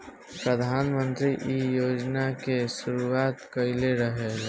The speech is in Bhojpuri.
प्रधानमंत्री इ योजना के शुरुआत कईले रलें